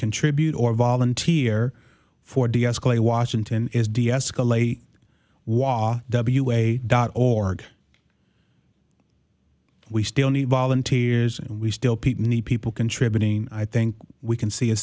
contribute or volunteer for d s clay washington is deescalate wa w a dot org we still need volunteers and we still people need people contributing i think we can see a